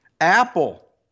Apple